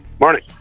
Morning